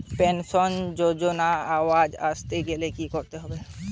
Pension যজোনার আওতায় আসতে গেলে কি করতে হবে?